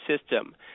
system